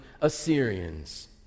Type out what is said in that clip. Assyrians